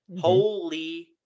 Holy